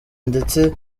ndetse